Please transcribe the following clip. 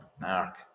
mark